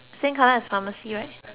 cy right